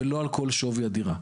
ולא על כל שווי הדירה.